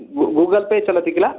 गू Google Pay चलति खिल